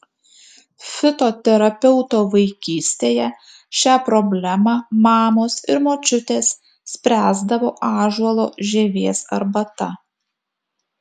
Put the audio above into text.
fitoterapeuto vaikystėje šią problemą mamos ir močiutės spręsdavo ąžuolo žievės arbata